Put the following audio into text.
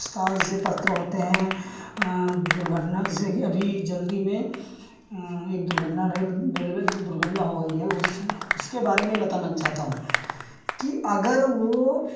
प्रस्ताव जैसे पत्र होते हैं दुर्घटना जैसे कि अभी जल्दी में एक दुर्घटना रेल रेलवे दुर्घटना हो गई है उस उसके बारे में बताना चाहता हूँ कि अगर वह